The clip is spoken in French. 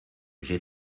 j’ai